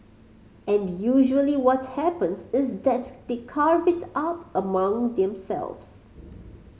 and usually what happens is that they carve it up among themselves